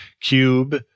Cube